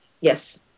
Yes